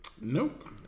Nope